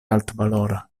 altvalora